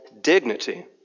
dignity